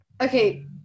okay